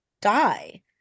die